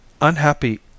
unhappy